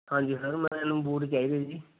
ਹਾਂਜੀ ਸਰ ਮੈਨੂੰ ਬੂਟ ਚਾਹੀਦੇ ਜੀ